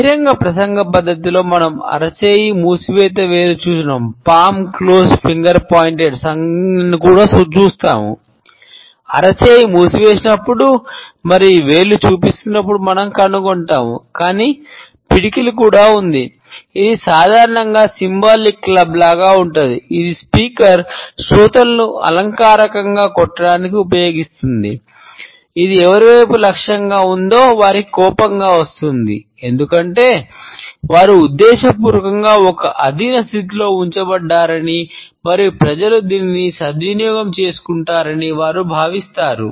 బహిరంగ ప్రసంగ పరిస్థితిలో మనం అరచేయీ మూసివేసిన వేలు సూచించడం స్థితిలో ఉంచబడ్డారని మరియు ప్రజలు దీనిని సద్వినియోగం చేసుకుంటున్నారని వారు భావిస్తారు